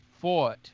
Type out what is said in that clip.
fought